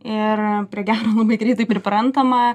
ir prie gero labai greitai priprantama